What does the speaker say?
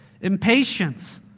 impatience